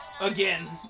Again